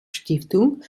stiftung